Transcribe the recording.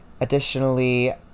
additionally